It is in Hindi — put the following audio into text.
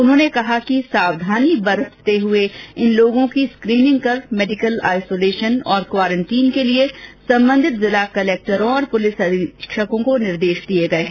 उन्होंने कहा कि सावधानी बरतते हुए इन लोगों की स्क्रीनिंग कर मेडिकल आईसोलेशन और क्वारन्टीन के लिए सम्बन्धित जिला कलेक्टर और पुलिस अधीक्षकों को निर्देश दिए गए हैं